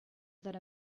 that